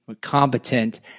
competent